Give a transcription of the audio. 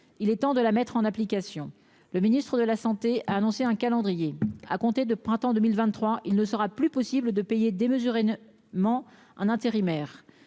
il est temps de la mettre en application, le ministre de la Santé a annoncé un calendrier à compter de printemps 2023, il ne sera plus possible de payer démesuré ne ment en intérimaire